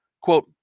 Quote